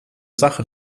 sache